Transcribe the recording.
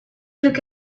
took